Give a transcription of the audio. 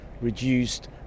reduced